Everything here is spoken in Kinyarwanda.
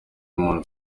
moon